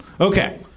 Okay